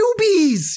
newbies